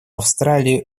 австралии